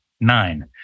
nine